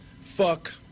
fuck